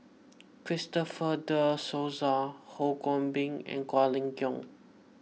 Christopher De Souza Ho Kwon Ping and Quek Ling Kiong